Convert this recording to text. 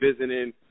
visiting